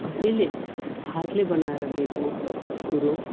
कसैले हातले बनाएर दिएको कुरो